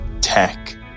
tech